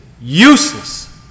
useless